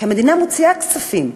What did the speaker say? כי המדינה מוציאה כספים,